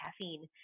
caffeine